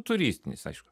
turistinis aišku